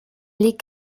les